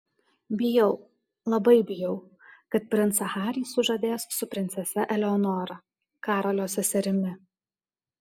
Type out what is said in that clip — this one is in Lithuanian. bijau labai bijau kad princą harį sužadės su princese eleonora karolio seserimi